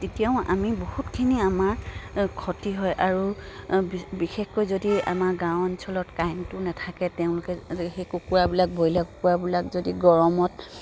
তেতিয়াও আমি বহুতখিনি আমাৰ ক্ষতি হয় আৰু বিশেষকৈ যদি আমাৰ গাঁও অঞ্চলত কাৰেণ্টটো নাথাকে তেওঁলোকে সেই কুকুৰাবিলাক ব্ৰইলাৰ কুকুৰাবিলাক যদি গৰমত